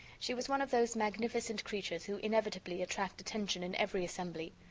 she was one of those magnificent creatures who inevitably attract attention in every assembly.